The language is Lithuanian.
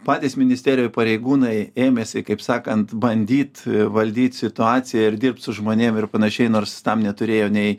patys ministerijų pareigūnai ėmėsi kaip sakant bandyt valdyt situaciją ir dirbt su žmonėm ir panašiai nors tam neturėjo nei